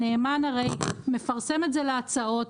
הנאמן הרי מפרסם את זה להצעות,